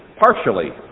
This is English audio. partially